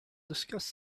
discuss